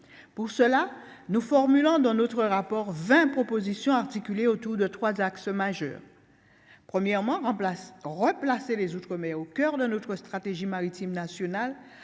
pour cela nous formulant dans notre rapport 20 propositions articulées autour de 3 axes majeurs : premièrement remplace replacer les Outre-mais au coeur de notre stratégie maritime nationale,